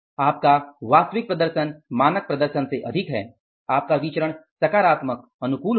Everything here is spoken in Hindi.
आपका वास्तविक प्रदर्शन मानक प्रदर्शन से अधिक है आपका विचरण सकारात्मक अनुकूल होगा